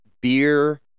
beer